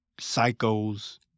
psychos